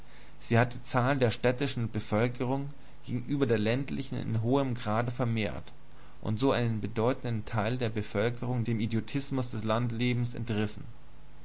sie hat die zahl der städtischen bevölkerung gegenüber der ländlichen in hohem grade vermehrt und so einen bedeutenden teil der bevölkerung dem idiotismus des landlebens entrissen